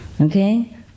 Okay